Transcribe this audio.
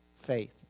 faith